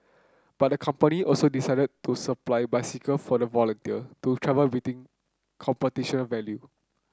but the company also decided to supply bicycle for the volunteer to travel between competition value